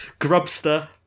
Grubster